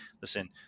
listen